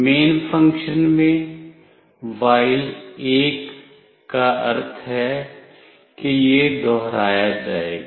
main function में while का अर्थ है कि यह दोहराया जाएगा